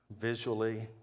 visually